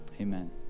Amen